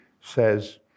says